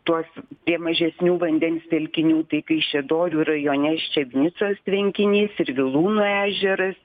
tuos prie mažesnių vandens telkinių tai kaišiadorių rajone ščednicos tvenkinys ir vilūnų ežeras